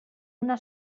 una